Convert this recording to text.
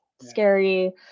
scary